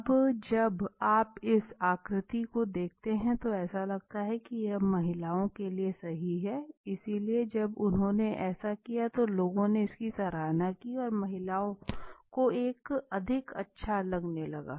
अब जब आप इस आकृति को देखते हैं तो ऐसा लगता है कि यह महिलाओं के लिए सही है इसलिए जब उन्होंने ऐसा किया तो लोगों ने इसकी सराहना की और महिलाओं को यह अधिक अच्छा लगने लगा है